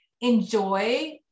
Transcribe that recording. enjoy